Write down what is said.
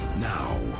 now